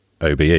OBE